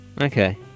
Okay